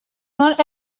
not